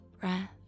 breath